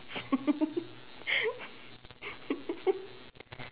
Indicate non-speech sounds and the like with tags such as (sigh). (laughs)